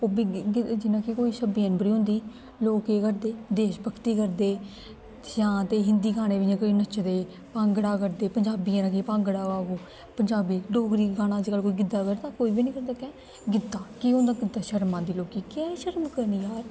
ओह् बी जियां कि कोई छब्बी जनवरी होंदी लोग केह् करदे देश भगती करदे जां ते हिन्दी गानें बिच्च इ'यां कोई नच्चदे भांगड़ा करदे पंजाबियें दा जियां भांगड़ा होऐ ओह् पंजाबी डोगरी गाना अजकल्ल कोई गिद्दा करदा कोई बी निं करदा कैं गिद्दा केह् होंदा गिद्दा शरम आंदी लोग केह् शर्म करनी जार